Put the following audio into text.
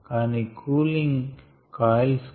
కానీ cooling coils కూడా వాడొచ్చు